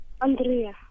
Andrea